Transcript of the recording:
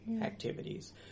activities